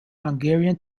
hungarian